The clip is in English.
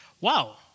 Wow